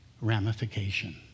ramification